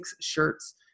Shirts